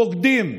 "בוגדים",